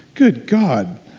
good god.